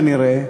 כנראה,